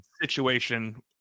situation